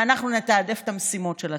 ואנחנו נתעדף את המשימות של הצבא,